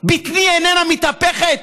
בטני איננה מתהפכת?